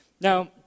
Now